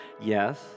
Yes